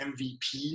MVP